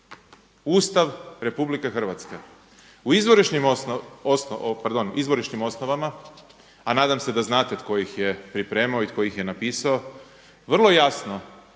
Ustav Republike Hrvatske. U izvorišnim osnovama, a nadam se da znate tko ih je pripremao i tko ih je napisao, vrlo jasno